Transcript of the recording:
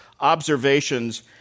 observations